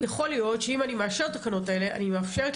יכול להיות שאם אני מאשרת את התקנות האלה אני מאפשרת